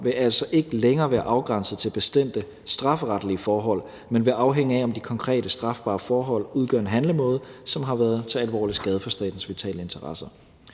vil altså ikke længere være afgrænset til bestemte strafferetlige forhold, men vil afhænge af, om de konkrete strafbare forhold udgør en handlemåde, som har været til alvorlig skade for statens vitale interesser.